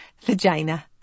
Vagina